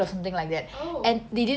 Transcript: oh